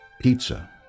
pizza